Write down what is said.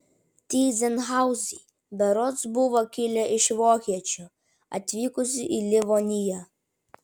tyzenhauzai berods buvo kilę iš vokiečių atvykusių į livoniją